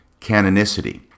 canonicity